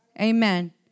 Amen